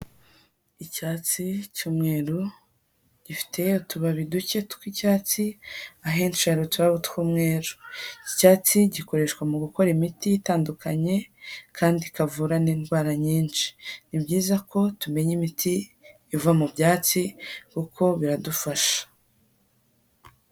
Icyatsi cy'umweru gifite utubabi ducye tw'icyatsi, ahenshi hari uturabo tw'umweru, iki cyatsi gikoreshwa mu gukora imiti itandukanye kandi ikavura n'indwara nyinshi, ni byiza ko tumenya imiti iva mu byatsi kuko biradufasha.